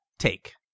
Take